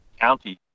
county